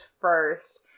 first